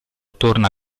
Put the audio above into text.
torna